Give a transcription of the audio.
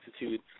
Institute